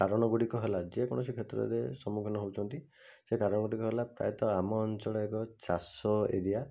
କାରଣ ଗୁଡ଼ିକ ହେଲା ଯେକୌଣସି କ୍ଷେତ୍ରରେ ସମ୍ମୁଖୀନ ହେଉଛନ୍ତି ସେ କାରଣ ଗୁଡ଼ିକ ହେଲା ପ୍ରାୟତଃ ଆମ ଅଞ୍ଚଳ ଏକ ଚାଷ ଏରିଆ